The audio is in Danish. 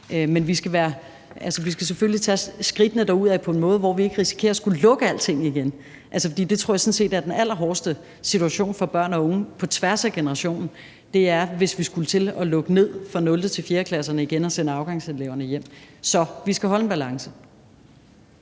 Men vi skal selvfølgelig tage skridtene derudad på en måde, hvor vi ikke risikerer at skulle lukke alle tingene igen. For jeg tror sådan set, den allerhårdeste situation for børn og unge på tværs af generationen vil være, hvis vi skal til at lukke ned for 0.-4.-klasserne igen og sende afgangseleverne hjem. Så vi skal holde en balance.